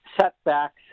setbacks